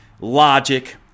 logic